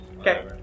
Okay